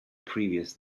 previous